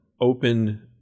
open